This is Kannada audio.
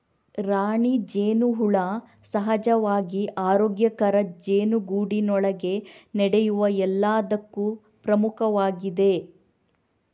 ರಾಣಿ ಜೇನುಹುಳ ಸಹಜವಾಗಿ ಆರೋಗ್ಯಕರ ಜೇನುಗೂಡಿನೊಳಗೆ ನಡೆಯುವ ಎಲ್ಲದಕ್ಕೂ ಪ್ರಮುಖವಾಗಿದೆ